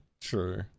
true